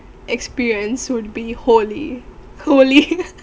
experience would be holy holy